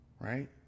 Right